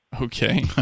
Okay